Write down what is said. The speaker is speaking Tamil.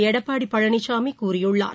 எடப்பாடி பழனிசாமி கூறியுள்ளார்